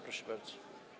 Proszę bardzo.